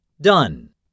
done